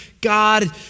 God